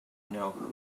know